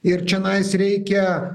ir čionais reikia